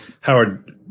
Howard